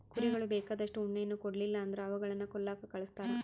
ಕುರಿಗಳು ಬೇಕಾದಷ್ಟು ಉಣ್ಣೆಯನ್ನ ಕೊಡ್ಲಿಲ್ಲ ಅಂದ್ರ ಅವುಗಳನ್ನ ಕೊಲ್ಲಕ ಕಳಿಸ್ತಾರ